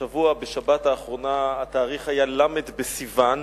השבוע, בשבת האחרונה, התאריך היה ל' בסיוון.